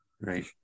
Right